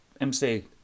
MC